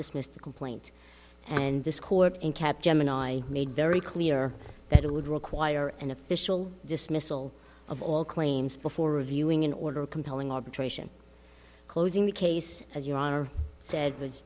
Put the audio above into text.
dismiss the complaint and this court in cap gemini made very clear that it would require an official dismissal of all claims before reviewing an order compelling arbitration closing the case as your honor said was